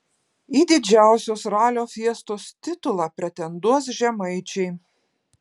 į didžiausios ralio fiestos titulą pretenduos žemaičiai